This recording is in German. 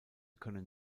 können